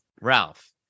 Ralph